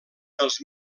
dels